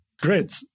Great